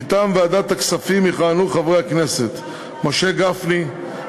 מטעם ועדת הכספים יכהנו חברי הכנסת משה גפני,